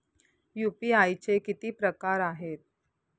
UPI चे किती प्रकार आहेत?